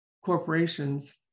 corporations